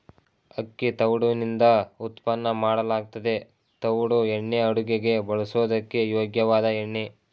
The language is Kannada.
ಅಕ್ಕಿ ತವುಡುನಿಂದ ಉತ್ಪನ್ನ ಮಾಡಲಾಗ್ತದೆ ತವುಡು ಎಣ್ಣೆ ಅಡುಗೆಗೆ ಬಳಸೋದಕ್ಕೆ ಯೋಗ್ಯವಾದ ಎಣ್ಣೆ